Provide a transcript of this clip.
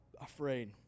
afraid